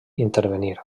intervenir